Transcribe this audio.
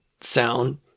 sound